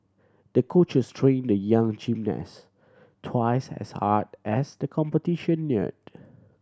the coaches trained the young gymnast twice as hard as the competition neared